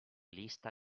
lista